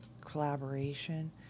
collaboration